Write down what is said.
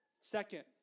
Second